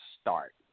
start